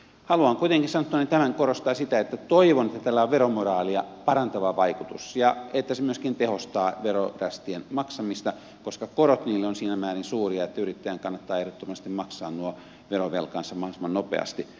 haluan kuitenkin sanottuani tämän korostaa sitä että toivon että tällä on veromoraalia parantava vaikutus ja että se myöskin tehostaa verorästien maksamista koska korot niille ovat siinä määrin suuria että yrittäjän kannattaa ehdottomasti maksaa nuo verovelkansa mahdollisimman nopeasti